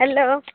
hello